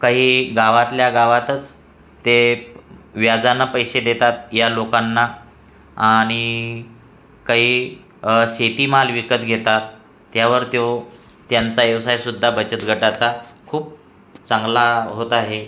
काही गावातल्या गावातच ते व्याजानं पैसे देतात या लोकांना आणि काही शेतीमाल विकत घेतात त्यावर त्यो त्यांचा व्यवसायसुद्धा बचत गटाचा खूप चांगला होत आहे